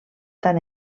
tant